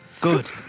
Good